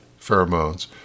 pheromones